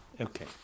Okay